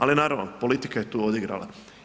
Ali naravno, politika je tu odigrala.